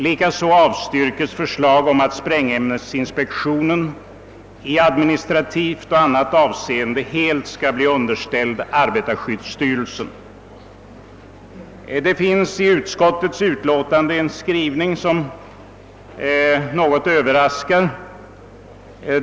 Likaså avstyrks ett förslag om att sprängämnesinspektionen i administrativt och annat avseende helt skall underställas arbetarskyddsstyrelsen. Det finns i utskottsutlåtandet en skrivning som något överraskar.